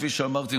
כפי שאמרתי,